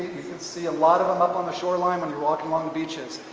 can see a lot of them up on the shoreline when you're walking along the beaches.